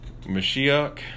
Mashiach